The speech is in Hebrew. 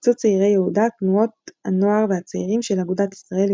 הקבצו צעירי יהודה תנעות הנוער והצעירים של אגודת ישראל,